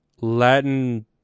Latin